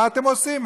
מה אתם עושים?